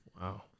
Wow